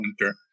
winter